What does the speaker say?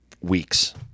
weeks